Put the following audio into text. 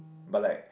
but like